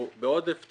אפשר